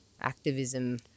activism